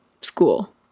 school